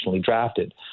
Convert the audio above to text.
drafted